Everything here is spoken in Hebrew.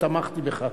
ותמכתי בך.